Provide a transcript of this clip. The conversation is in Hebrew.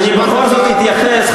אני בכל זאת אתייחס,